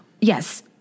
yes